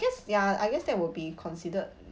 guess ya I guess that would be considered